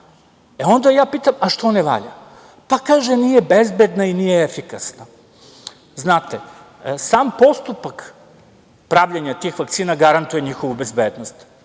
Onda ja pitam – što ne valja? Pa kaže – nije bezbedna i nije efikasna. Znate, sam postupak pravljenja tih vakcina garantuje njihovu bezbednost,